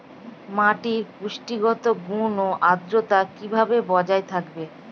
মাটির পুষ্টিগত গুণ ও আদ্রতা কিভাবে বজায় থাকবে?